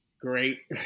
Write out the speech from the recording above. great